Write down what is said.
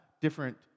different